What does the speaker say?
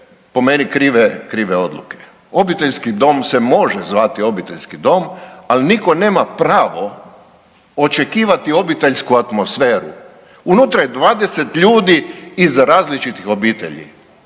po meni krive odluke. Obiteljski dom se može zvati obiteljski dom, ali nitko nema pravo očekivati obiteljsku atmosferu. Unutra je 20 ljudi iz različitih obitelji.